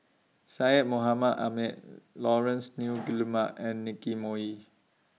Syed Mohamed Ahmed Laurence Nunns Guillemard and Nicky Moey